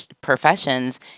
professions